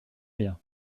bien